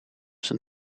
zijn